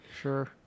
sure